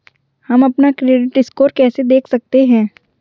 हम अपना credit score कैसे देख सकते हैं?